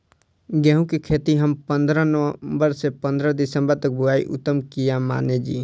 गेहूं के खेती हम पंद्रह नवम्बर से पंद्रह दिसम्बर तक बुआई उत्तम किया माने जी?